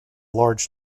large